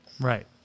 Right